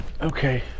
Okay